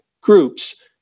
groups